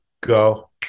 go